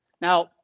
Now